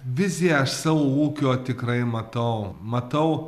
viziją aš savo ūkio tikrai matau matau